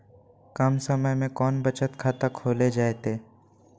कम समय में कौन बचत खाता खोले जयते?